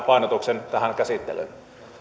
painotuksemme tähän käsittelyyn